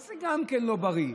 כי זה גם כן לא בריא.